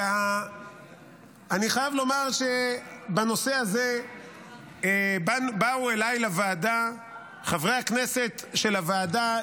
אני חייב לומר שבנושא הזה באו אליי לוועדה חברי הכנסת של הוועדה,